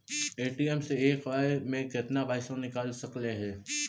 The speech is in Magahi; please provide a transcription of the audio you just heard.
ए.टी.एम से एक बार मे केतना पैसा निकल सकले हे?